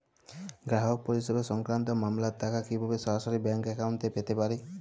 গ্রাহক পরিষেবা সংক্রান্ত মামলার টাকা কীভাবে সরাসরি ব্যাংক অ্যাকাউন্টে পেতে পারি?